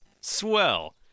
Swell